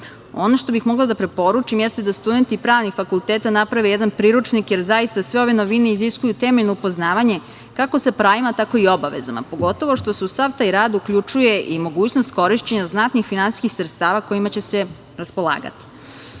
što bih mogla da preporučim, jeste da studenti pravnih fakulteta naprave jedan priručnik, jer zaista sve ove novine iziskuju temeljno upoznavanje, kako sa pravima, tako i obavezama, pogotovo što se u sav taj rad uključuje mogućnost korišćenja znatnih finansijskih sredstava kojima će se raspolagati.